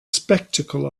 spectacle